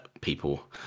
people